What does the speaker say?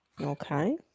Okay